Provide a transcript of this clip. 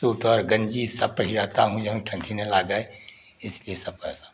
sweater गंजी सब पहनाता हूँ जऊन ठंढी ना लगे इसके सब पैसा